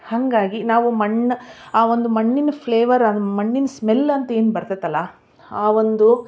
ಹಾಗಾಗಿ ನಾವು ಮಣ್ಣು ಆ ಒಂದು ಮಣ್ಣಿನ ಫ್ಲೇವರ್ ಮಣ್ಣಿನ ಸ್ಮೆಲ್ ಅಂತೇನು ಬರ್ತದಲ್ಲ ಆ ಒಂದು